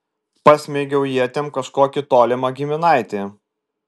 pasmeigiau ietim kažkokį tolimą giminaitį